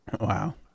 Wow